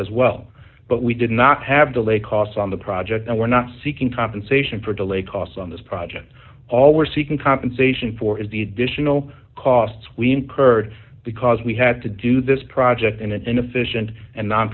as well but we did not have to lay costs on the project and we're not seeking compensation for delay costs on this project all we're seeking compensation for is the additional costs we incurred because we had to do this project in an efficient and non